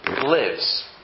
lives